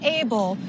able